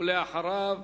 אחריו,